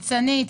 ניצנית,